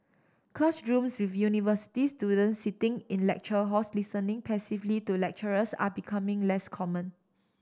classrooms with university students sitting in lecture halls listening passively to lecturers are becoming less common